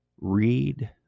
read